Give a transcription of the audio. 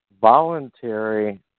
voluntary